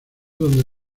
donde